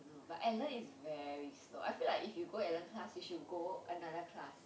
I don't know but alan is very slow I feel like if you go alan class you should go another class